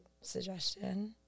suggestion